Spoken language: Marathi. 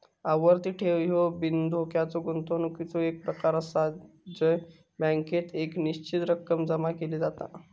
आवर्ती ठेव ह्यो बिनधोक्याच्या गुंतवणुकीचो एक प्रकार आसा जय बँकेत एक निश्चित रक्कम जमा केली जाता